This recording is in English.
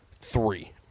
three